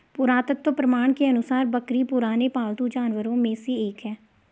पुरातत्व प्रमाण के अनुसार बकरी पुराने पालतू जानवरों में से एक है